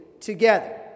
together